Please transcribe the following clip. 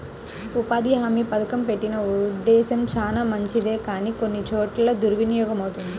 ఉపాధి హామీ పథకం పెట్టిన ఉద్దేశం చానా మంచిదే కానీ కొన్ని చోట్ల దుర్వినియోగమవుతుంది